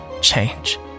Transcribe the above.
change